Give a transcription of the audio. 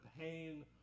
pain